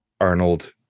Arnold